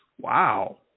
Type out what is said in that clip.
Wow